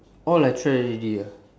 all I try already ah